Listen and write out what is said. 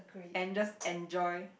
and just enjoy